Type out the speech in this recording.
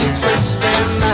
twisting